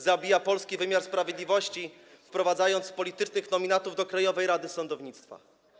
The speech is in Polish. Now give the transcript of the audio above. Zabija polski wymiar sprawiedliwości, wprowadzając politycznych nominatów do Krajowej Rady Sądownictwa.